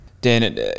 Dan